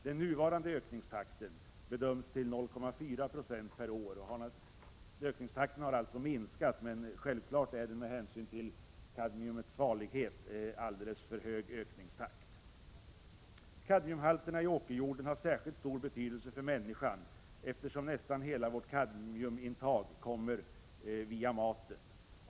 Den nuvarande ökningstakten bedöms till ca 0,4 96 per år. Ökningstakten har alltså minskat, men med hänsyn till kadmiumets farlighet är ökningstakten självfallet alldeles för hög. Kadmiumhalterna i åkerjorden har särskilt stor betydelse för människan, eftersom nästan hela vårt kadmiumintag kommer via maten.